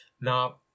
Now